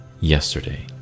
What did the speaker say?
Yesterday